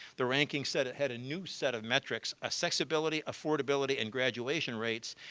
the ranking set ahead a new set of metrics, accessibility, affordability, and graduation rates.